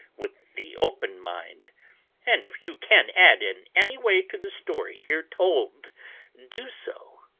with the open mind and if you can add in any way to the story here told do so,